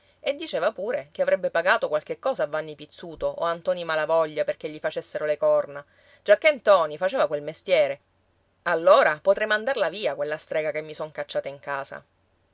e diceva pure che avrebbe pagato qualche cosa a vanni pizzuto o a ntoni malavoglia perché gli facessero le corna giacché ntoni faceva quel mestiere allora potrei mandarla via quella strega che mi son cacciata in casa